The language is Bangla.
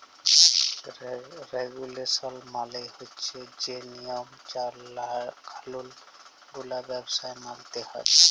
রেগুলেসল মালে হছে যে লিয়ম কালুল গুলা ব্যবসায় মালতে হ্যয়